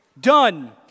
done